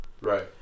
right